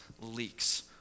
leaks